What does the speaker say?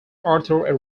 arthur